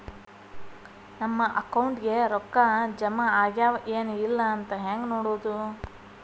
ನಮ್ಮ ಅಕೌಂಟಿಗೆ ರೊಕ್ಕ ಜಮಾ ಆಗ್ಯಾವ ಏನ್ ಇಲ್ಲ ಅಂತ ಹೆಂಗ್ ನೋಡೋದು?